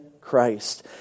Christ